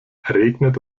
regnet